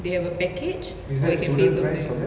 they have a package or you can pay per pax